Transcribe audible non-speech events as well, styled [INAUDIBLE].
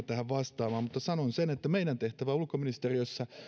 [UNINTELLIGIBLE] tähän vastaamaan mutta sanon sen että meidän tehtävä ulkoministeriössä